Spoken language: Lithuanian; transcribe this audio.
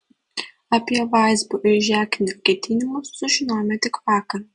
apie vazbio ir žeknio ketinimus sužinojome tik vakar